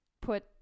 put